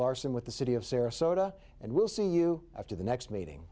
larsen with the city of sarasota and we'll see you after the next meeting